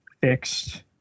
fixed